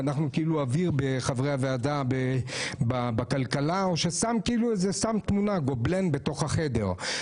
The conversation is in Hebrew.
כאילו חברי הוועדה הם אוויר או סתם תמונה בתוך החדר.